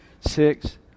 Six